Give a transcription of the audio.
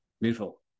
beautiful